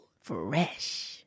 Fresh